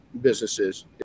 businesses